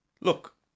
Look